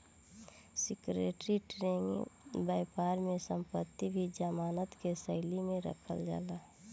security trading बैपार में संपत्ति भी जमानत के शैली में रखल जाला